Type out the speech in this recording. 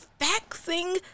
faxing